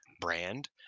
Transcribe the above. brand